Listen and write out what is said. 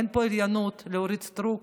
אין פה עליונות לאורית סטרוק